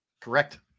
Correct